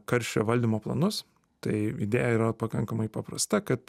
karščio valdymo planus tai idėja yra pakankamai paprasta kad